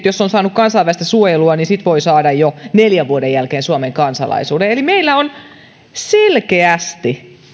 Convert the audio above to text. jos on vielä saanut kansainvälistä suojelua niin sitten voi saada jo neljän vuoden jälkeen suomen kansalaisuuden eli meillä selkeästi